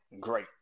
great